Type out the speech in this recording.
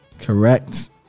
Correct